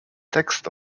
tekst